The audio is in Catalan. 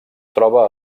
troba